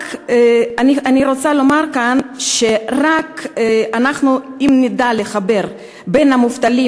אני רוצה לומר כאן שרק אם נדע לחבר בין המובטלים